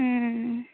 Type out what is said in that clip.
ᱦᱩᱸᱻ